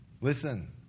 Listen